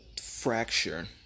fracture